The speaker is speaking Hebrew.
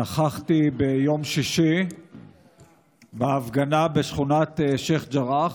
נכחתי ביום שישי בהפגנה בשכונת שייח' ג'ראח,